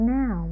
now